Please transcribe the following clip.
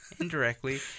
Indirectly